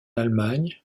allemagne